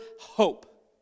hope